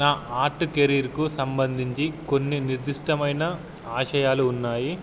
నా ఆర్ట్ కెరీయర్కు సంబంధించి కొన్ని నిర్దిష్టమైన ఆశయాలు ఉన్నాయి